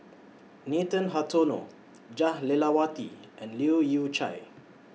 Nathan Hartono Jah Lelawati and Leu Yew Chye